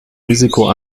risiko